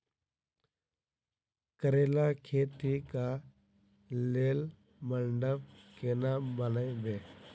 करेला खेती कऽ लेल मंडप केना बनैबे?